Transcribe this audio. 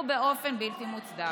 ובאופן בלתי מוצדק.